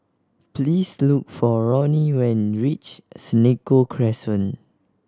please look for Roni when reach Senoko Crescent